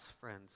friends